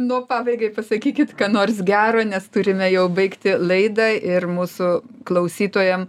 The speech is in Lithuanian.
nu o pabaigai pasakykit ką nors gero nes turime jau baigti laidą ir mūsų klausytojam